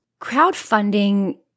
Crowdfunding